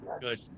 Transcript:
Good